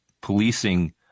policing